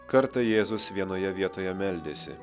kartą jėzus vienoje vietoje meldėsi